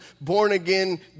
born-again